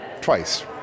twice